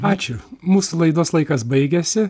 ačiū mūsų laidos laikas baigėsi